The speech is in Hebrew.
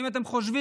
האם אתם חושבים